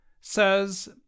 says